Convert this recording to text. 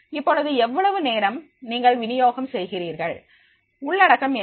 இப்பொழுது எவ்வளவு நேரம் நீங்கள் வினியோகம் செய்கிறீர்கள் உள்ளடக்கம் என்ன